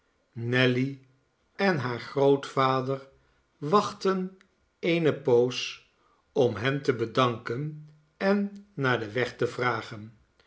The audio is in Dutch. nelly en haar grootvader wachtten eene poos om hen te bedanken en naar den weg te vragen